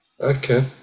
Okay